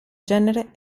genere